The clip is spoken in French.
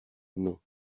non